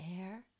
air